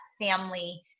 family